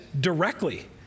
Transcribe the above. directly